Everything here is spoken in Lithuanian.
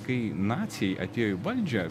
kai naciai atėjo į valdžią